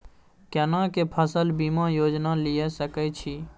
केना के फसल बीमा योजना लीए सके छी?